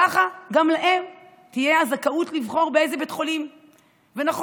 ככה גם להם תהיה הזכאות לבחור באיזה בית חולים להתאשפז.